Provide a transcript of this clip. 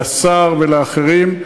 לשר ולאחרים,